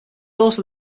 also